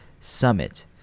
Summit